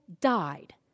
died